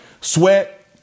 sweat